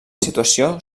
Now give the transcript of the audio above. situació